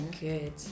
Good